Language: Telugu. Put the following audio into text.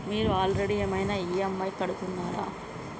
మీరు ఆల్రెడీ ఏమైనా ఈ.ఎమ్.ఐ కడుతున్నారా?